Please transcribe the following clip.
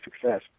success